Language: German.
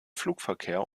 flugverkehr